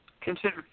consider